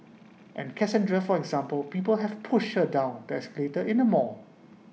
and Cassandra for example people have pushed her down the escalator in the mall